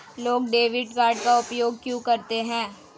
लोग debit card का उपयोग क्यों करते हैं?